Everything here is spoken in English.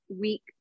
week